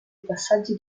passaggi